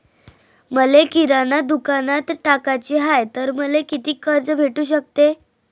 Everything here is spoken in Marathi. मले किराणा दुकानात टाकाचे हाय तर मले कितीक कर्ज भेटू सकते?